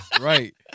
right